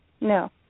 No